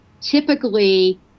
Typically